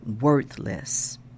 worthless